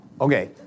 Okay